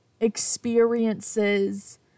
experiences